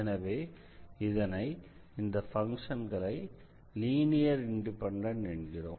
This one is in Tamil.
எனவே இதனை இந்த பங்க்ஷன்களை லீனியர் இண்டிபெண்டன்ட் என்கிறோம்